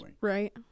Right